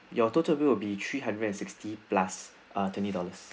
your total will be three hundred and sixty plus ah twenty dollars